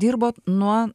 dirbot nuo